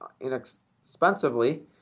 inexpensively